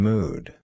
Mood